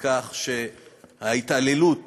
בכך שההתעללות